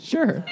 Sure